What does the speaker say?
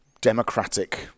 democratic